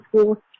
school